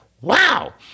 wow